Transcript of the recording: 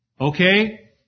Okay